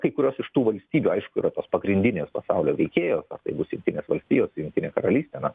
kai kurios iš tų valstybių aišku yra pagrindinės pasaulio veikėjos ar tai bus jungtinės valstijos jungtinė karalystė na